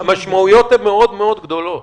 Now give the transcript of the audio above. המשמעויות הן מאוד מאוד גדולות.